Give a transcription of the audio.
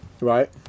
right